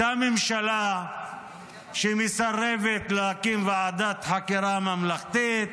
אותה ממשלה מסרבת להקים ועדת חקירה ממלכתית.